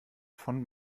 von